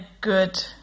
good